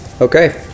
Okay